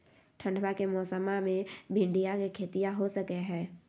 ठंडबा के मौसमा मे भिंडया के खेतीया हो सकये है?